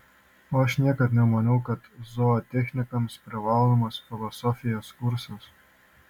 o aš niekad nemaniau kad zootechnikams privalomas filosofijos kursas